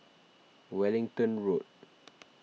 Wellington Road